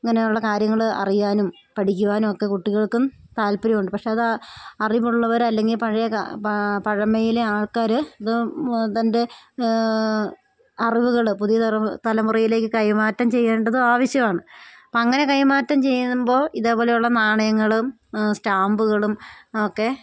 ഇങ്ങനെയുള്ള കാര്യങ്ങൾ അറിയാനും പഠിക്കുവാനും ഒക്കെ കുട്ടികൾക്കും താല്പര്യമുണ്ട് പക്ഷെ അതാണ് അറിവുള്ളവർ അല്ലെങ്കിൽ പഴയ കാ പഴമയിലെ ആൾക്കാർ ഇത് തൻ്റെ അറിവുകൾ പുതിയ തറമു തലമുറയിലേക്കു കൈമാറ്റം ചെയ്യേണ്ടത് ആവശ്യമാണ് അപ്പം അങ്ങനെ കൈമാറ്റം ചെയ്യുമ്പോൾ ഇതേപോലെയുള്ള നാണയങ്ങളും സ്റ്റാമ്പുകളും ഒക്കെ